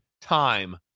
time